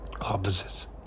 opposites